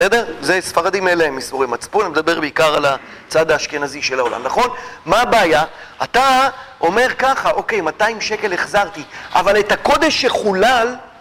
בסדר? זה ספרדים אלה, עם יסורי מצפון, אני מדבר בעיקר על הצד האשכנזי של העולם, נכון? מה הבעיה? אתה אומר ככה, אוקיי, 200 שקל החזרתי, אבל את הקודש שחולל...